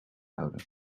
houden